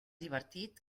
divertit